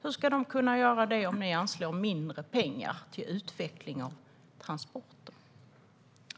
Hur ska de kunna göra det om ni anslår mindre pengar till utveckling av transporter?